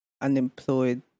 unemployed